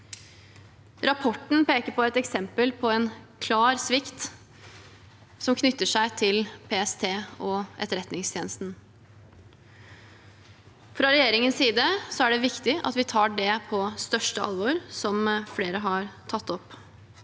Rapporten peker på et eksempel på en klar svikt som knytter seg til PST og Etterretningstjenesten. Fra regjeringens side er det viktig at vi tar det på største alvor, som flere har tatt opp.